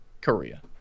Korea